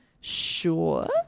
sure